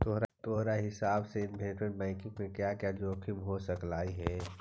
तोहार हिसाब से इनवेस्टमेंट बैंकिंग में क्या क्या जोखिम हो सकलई हे